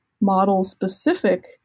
model-specific